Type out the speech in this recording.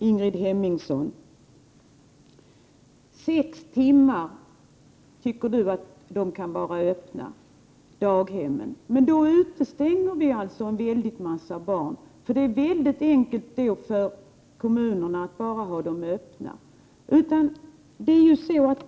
Ingrid Hemmingsson tycker att daghemmen kan vara öppna sex timmar, och det är ju enkelt för kommunen, men då utestänger vi en väldig massa barn.